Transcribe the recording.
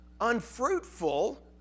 unfruitful